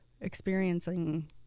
experiencing